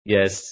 Yes